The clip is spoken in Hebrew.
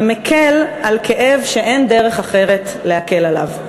ומקל על כאב שאין דרך אחרת להקל עליו.